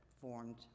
formed